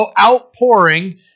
outpouring